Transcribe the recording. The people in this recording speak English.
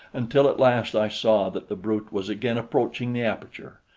until at last i saw that the brute was again approaching the aperture.